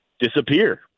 disappear